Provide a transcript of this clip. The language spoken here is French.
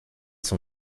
son